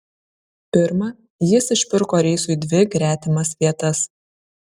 pirma jis išpirko reisui dvi gretimas vietas